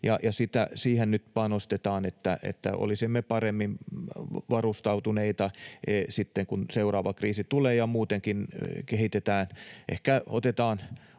siihen nyt panostetaan, että olisimme paremmin varustautuneita sitten, kun seuraava kriisi tulee, ja muutenkin sitä kehitetään,